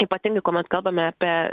ypatingai kuomet kalbame apie